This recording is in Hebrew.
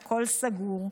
והכול סגור.